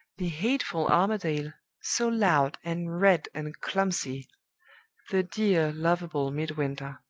the hateful armadale, so loud and red and clumsy the dear, lovable midwinter,